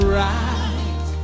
right